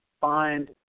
find